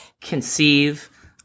conceive